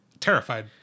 terrified